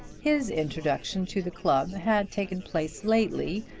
his introduction to the club had taken place lately,